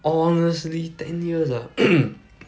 honestly ten years ah